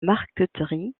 marqueterie